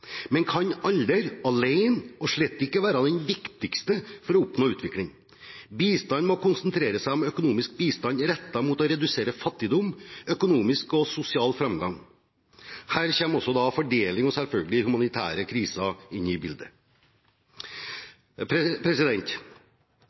slett ikke være den viktigste delen for å oppnå utvikling. Bistand må konsentrere seg om økonomisk bistand rettet mot å redusere fattigdom, økonomisk og sosial framgang. Her kommer også fordeling og selvfølgelig humanitære kriser inn i bildet.